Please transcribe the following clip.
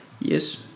Yes